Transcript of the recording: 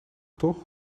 toch